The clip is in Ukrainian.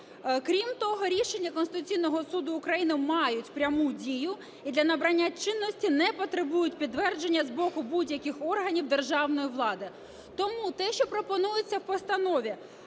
Крім того, рішення Конституційного Суду України мають пряму дію і для набрання чинності не потребують підтвердження з боку будь-яких органів державної влади. Тому те, що пропонується в постанові,